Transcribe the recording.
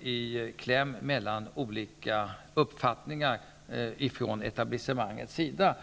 i kläm mellan olika uppfattningar från etablissemangets sida.